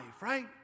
right